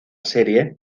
serie